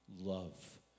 love